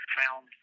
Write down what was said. found